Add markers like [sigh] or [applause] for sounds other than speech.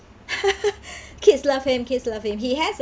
[laughs] kids love him kids love him he has a